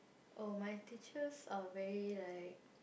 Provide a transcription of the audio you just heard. oh my teachers are very like